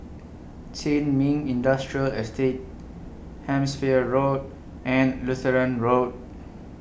Sin Ming Industrial Estate Hampshire Road and Lutheran Road